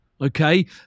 okay